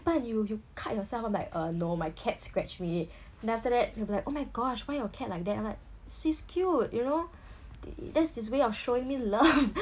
you you cut yourself I'm like uh no my cats scratch me then after that they'll be like oh my gosh why your cat like that I'm like she's cute you know th~ that's his way of showing me love